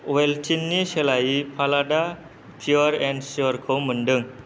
अवेल्टिननि सोलायै फालादा pure and sure खौ मोन्दों